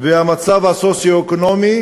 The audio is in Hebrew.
והמצב הסוציו-אקונומי,